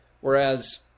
Whereas